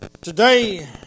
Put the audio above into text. Today